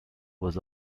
was